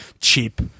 cheap